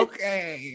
Okay